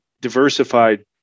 diversified